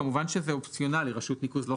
כמובן שזה אופציונאלי, רשות ניקוז לא חייבת.